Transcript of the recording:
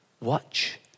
Watch